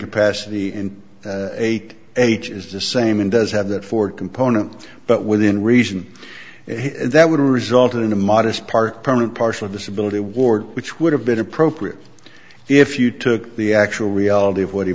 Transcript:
capacity in eight h is the same and does have that forward component but within reason that would result in a modest part permanent partial disability award which would have been appropriate if you took the actual reality of what he